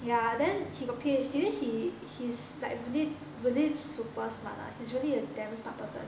ya then he got PhD then he he's like really really super smart lah he's really a damn smart person